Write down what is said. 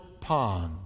pond